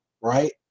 right